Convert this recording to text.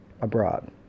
abroad